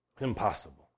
Impossible